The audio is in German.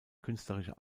künstlerische